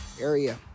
area